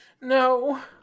no